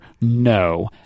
no